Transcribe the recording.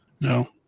No